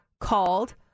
called